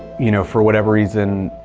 you know, for whatever reason